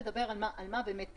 פה אני מתחילה לדבר על מה בדיוק קרה.